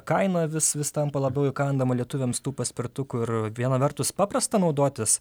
kaina vis vis tampa labiau įkandama lietuviams tų paspirtukų ir viena vertus paprasta naudotis